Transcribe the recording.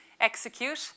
Execute